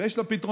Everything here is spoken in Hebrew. ויש לה פתרונות.